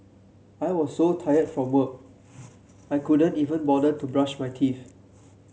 I was so tired from work I could not even bother to brush my teeth